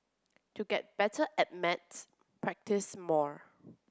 to get better at maths practise more